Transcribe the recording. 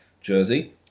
jersey